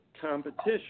competition